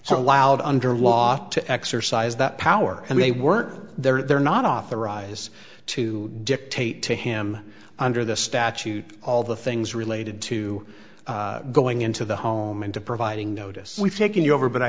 so loud under a lot to exercise that power and they weren't they're not authorized to dictate to him under the statute all the things related to going into the home and to providing notice we've taken you over but i